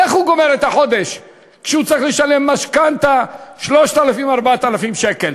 איך הוא גומר את החודש כשהוא צריך לשלם משכנתה 3,000 4,000 שקל?